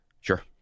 Sure